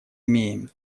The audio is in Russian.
имеем